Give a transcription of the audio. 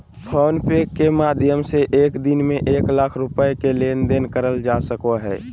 phone पे के माध्यम से एक दिन में एक लाख रुपया के लेन देन करल जा सको हय